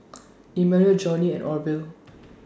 Immanuel Johnny and Orvil